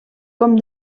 com